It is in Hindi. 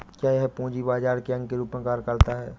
क्या यह पूंजी बाजार के अंग के रूप में कार्य करता है?